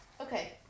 Okay